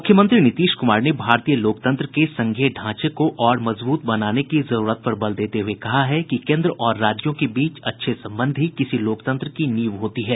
मुख्यमंत्री नीतीश कुमार ने भारतीय लोकतंत्र के संघीय ढांचे को और मजबूत बनाने की जरूरत पर बल देते हुए कहा है कि केन्द्र और राज्यों के बीच अच्छे संबंध ही किसी लोकतंत्र की नींव होती है